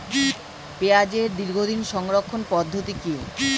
পেঁয়াজের দীর্ঘদিন সংরক্ষণ পদ্ধতি কি?